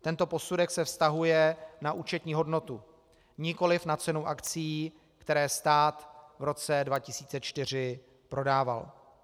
Tento posudek se vztahuje na účetní hodnotu, nikoli na cenu akcií, které stát v roce 2004 prodával.